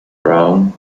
brown